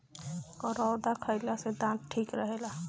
करौदा खईला से दांत ठीक रहेला